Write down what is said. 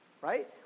right